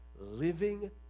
living